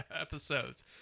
episodes